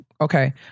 okay